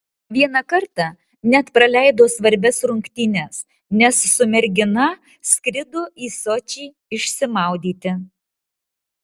vieną kartą net praleido svarbias rungtynes nes su mergina skrido į sočį išsimaudyti